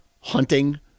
hunting